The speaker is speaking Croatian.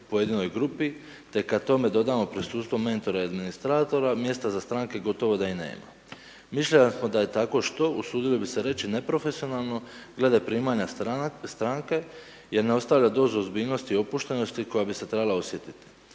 pojedinoj grupi, te kada tome dodajemo prisustvo mentora ili administratora, mjesta za stranke gotovo da ni nema. Mišljenja smo da je tako što, usudili bi se reći neprofesionalno glede primanje stranke, jer ne ostavlja dozu ozbiljnosti i opuštenosti koja bi se trebala osjetiti.